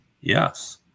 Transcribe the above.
yes